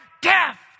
death